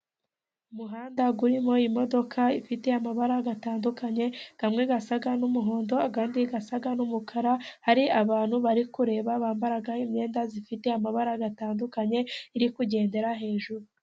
Umuhanda uririmo imodoka ifite amabara atandukanye, amwe asa n'umuhondo, andi asa n'umukara, hari abantu bari kureba bambara imyenda ifite amabara atandukanye, iri kugendera hejuru.